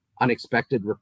unexpected